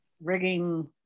rigging